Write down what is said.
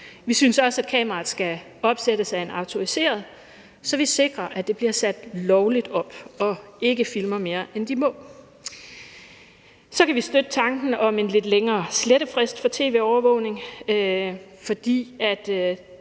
Vi synes også, at kameraerne skal opsættes af en autoriseret, så vi sikrer, at de bliver sat lovligt op og ikke filmer mere, end de må. Så kan vi støtte tanken om en lidt længere slettefrist for tv-overvågning, fordi